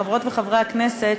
חברות וחברי הכנסת,